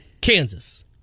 Kansas